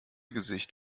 gesicht